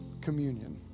communion